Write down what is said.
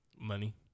Money